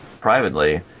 privately